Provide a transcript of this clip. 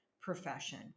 profession